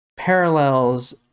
parallels